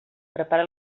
prepara